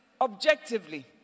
objectively